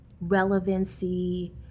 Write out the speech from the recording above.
relevancy